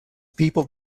people